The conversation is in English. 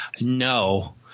no